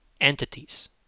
entities